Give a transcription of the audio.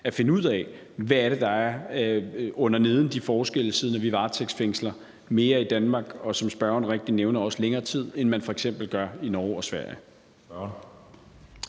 at finde ud af, hvad der ligger bag de forskelle, altså at vi i Danmark varetægtsfængsler mere og, som spørgeren rigtigt nævner, også i længere tid, end man f.eks. gør i Norge og Sverige.